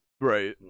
Right